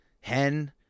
Hen